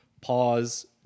pause